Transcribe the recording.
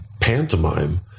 pantomime